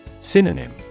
Synonym